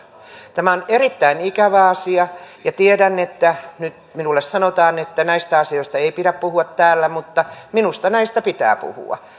tämä on erittäin ikävä asia ja tiedän että nyt minulle sanotaan että näistä asioista ei pidä puhua täällä mutta minusta näistä pitää puhua